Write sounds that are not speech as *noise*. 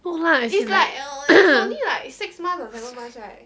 no lah as in like *noise*